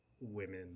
women